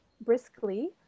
briskly